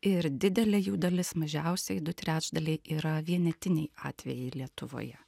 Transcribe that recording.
ir didelė jų dalis mažiausiai du trečdaliai yra vienetiniai atvejai lietuvoje